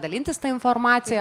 dalintis ta informacija